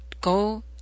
go